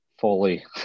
fully